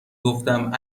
گفتم